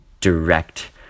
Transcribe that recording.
direct